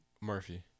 Murphy